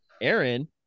Aaron